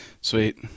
Sweet